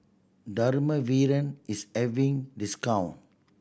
dermaveen is having discount